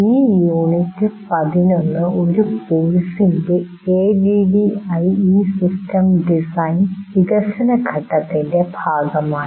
ഈ യൂണിറ്റ് 11 ഒരു കോഴ്സിന്റെ ADDIE സിസ്റ്റം ഡിസൈനിന്റെ വികസന ഘട്ടത്തിന്റെ ഭാഗമാണ്